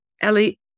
Ellie